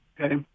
Okay